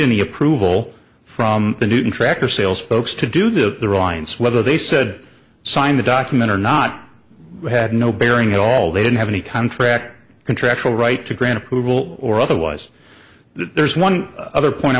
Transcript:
any approval from the new contract or sales folks to do that the ryans whether they said signed the document or not had no bearing at all they didn't have any contract or contractual right to grant approval or otherwise there's one other point i